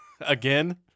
Again